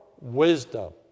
wisdom